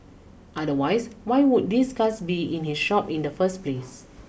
otherwise why would these cars be in his shop in the first place